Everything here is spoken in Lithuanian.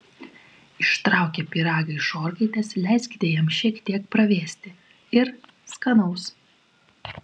ištraukę pyragą iš orkaitės leiskite jam šiek tiek pravėsti ir skanaus